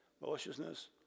maliciousness